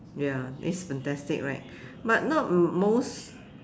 ya taste fantastic right but not most